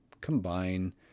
combine